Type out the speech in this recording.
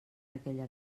aquella